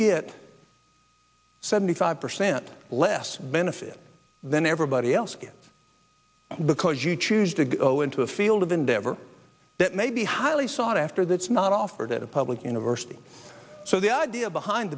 get seventy five percent less benefit than everybody else get because you choose to go into a field of endeavor that may be highly sought after that's not offered at a public university so the idea behind